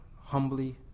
humbly